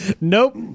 nope